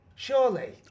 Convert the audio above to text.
Surely